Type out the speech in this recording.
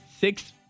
six